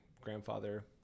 grandfather